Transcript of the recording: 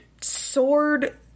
sword